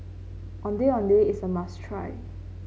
Ondeh Ondeh is a must try